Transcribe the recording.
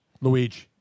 Luigi